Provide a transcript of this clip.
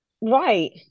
right